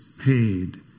paid